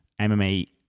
MMA